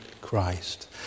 Christ